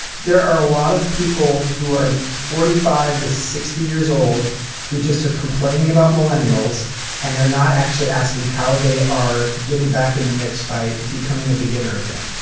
there are a lot of people who are forty five to sixty years old who just are complaining about millennials and they're not actually asking how they are getting back in the mix by becoming a beginner again.